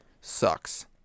sucks